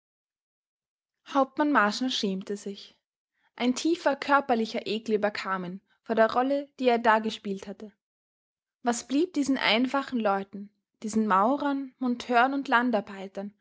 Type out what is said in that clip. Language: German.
hauptmann marschner schämte sich ein tiefer körperlicher ekel überkam ihn vor der rolle die er da gespielt hatte was blieb diesen einfachen leuten diesen maurern monteuren und landarbeitern